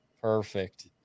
perfect